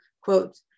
quote